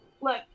look